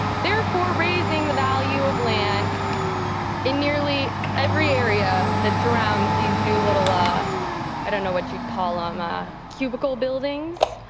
therefore raising the value of land in nearly every area that surrounds these new little ah i don't know what you would call them, um ah cubicle buildings,